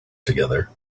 together